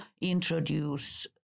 introduce